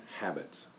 habits